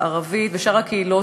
הערבית ושאר הקהילות,